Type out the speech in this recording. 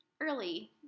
early